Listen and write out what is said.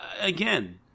Again